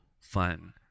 fun